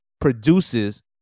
produces